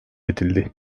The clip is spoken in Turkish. edildi